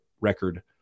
record